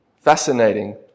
Fascinating